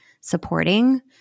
supporting